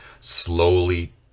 slowly